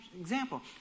example